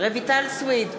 רויטל סויד,